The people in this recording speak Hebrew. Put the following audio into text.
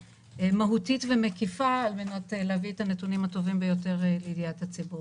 מהותית ומקיפה על מנת להביא את הנתונים הטובים ביותר לידיעת הציבור.